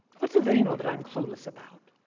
what do they know that i'm clueless about?